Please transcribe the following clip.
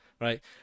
right